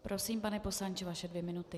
Prosím, pane poslanče, vaše dvě minuty.